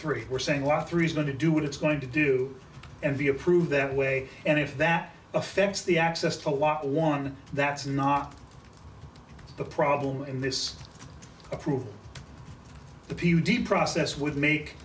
three we're saying law three is going to do what it's going to do and be approved that way and if that affects the access to a lot warmer that's not the problem in this approved the p d process with make